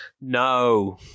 no